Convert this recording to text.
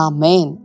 Amen